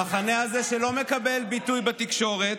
המחנה הזה, שלא מקבל ביטוי בתקשורת,